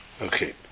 Okay